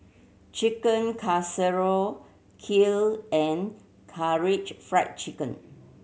Chicken Casserole Kheer and Karaage Fried Chicken